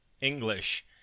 english